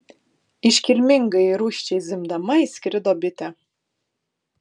iškilmingai ir rūsčiai zvimbdama įskrido bitė